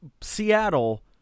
Seattle